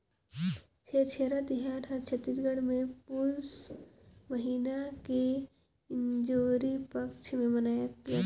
छेरछेरा तिहार हर छत्तीसगढ़ मे पुस महिना के इंजोरी पक्छ मे मनाए जथे